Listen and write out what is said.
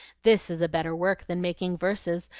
this is a better work than making verses,